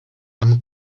amb